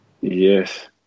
Yes